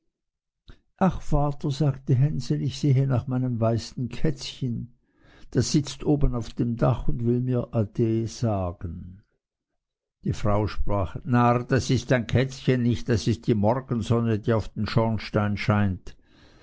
ach vater sagte hänsel ich sehe nach meinem weißen kätzchen das sitzt oben auf dem dach und will mir ade sagen die frau sprach narr das ist dein kätzchen nicht das ist die morgensonne die auf den schornstein scheint